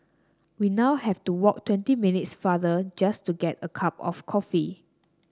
we now have to walk twenty minutes farther just to get a cup of coffee